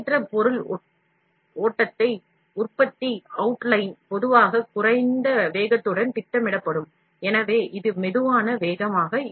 சீரற்ற பொருள் ஓட்டத்தை உறுதிப்படுத்த அவுட்லைன் பொதுவாக குறைந்த வேகத்துடன் திட்டமிடப்படும் எனவே இது மெதுவான ஓட்டம்